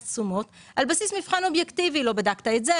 תשומות על בסיס מבחן אובייקטיבי - לא בדקת את זה,